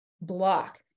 block